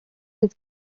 his